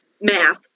math